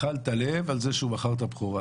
הוא אכל את הלב על זה שהוא מכר את הבכורה,